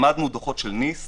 למדנו דוחות של nist